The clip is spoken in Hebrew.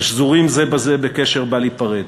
השזורים זה בזה בקשר בל ייפרד.